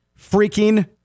freaking